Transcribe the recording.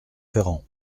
ferrand